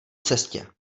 cestě